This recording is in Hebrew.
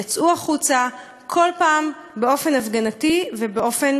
יצאו החוצה כל פעם באופן הפגנתי ובאופן